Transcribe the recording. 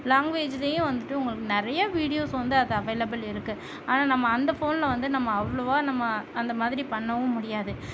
லாங்குவேஜ்லேயே வந்துட்டு உங்களுக்கு நிறைய வீடியோஸ் வந்து அது அவைலபிள் இருக்குது ஆனால் நம்ம அந்த ஃபோனில் வந்து நம்ம அவ்வளோவா நம்ம அந்த மாதிரி பண்ணவும் முடியாது